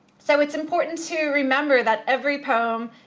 so, it's important to remember that every poem,